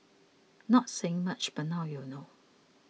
not saying much but now you know